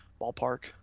ballpark